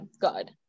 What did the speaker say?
good